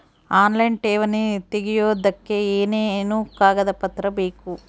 Online ಠೇವಣಿ ತೆಗಿಯೋದಕ್ಕೆ ಏನೇನು ಕಾಗದಪತ್ರ ಬೇಕು?